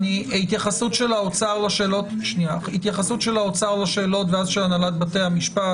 התייחסות האוצר לשאלות ואז הנהלת בתי המשפט